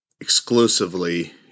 exclusively